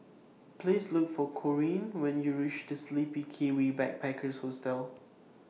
Please Look For Corean when YOU REACH The Sleepy Kiwi Backpackers Hostel